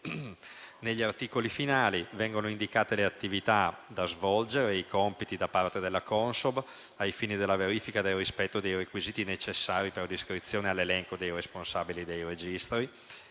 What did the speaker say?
Negli articoli finali vengono indicate le attività e i compiti da svolgere da parte della Consob ai fini della verifica del rispetto dei requisiti necessari per l'iscrizione all'elenco dei responsabili dei registri.